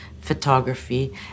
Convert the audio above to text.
photography